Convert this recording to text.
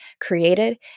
created